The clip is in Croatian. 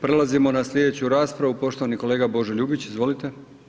Prelazimo na slijedeću raspravu poštovani kolega Božo Ljubić, izvolite.